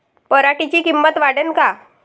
पराटीची किंमत वाढन का?